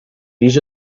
these